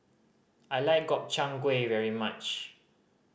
I like Gobchang Gui very much